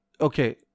Okay